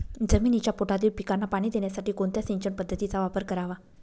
जमिनीच्या पोटातील पिकांना पाणी देण्यासाठी कोणत्या सिंचन पद्धतीचा वापर करावा?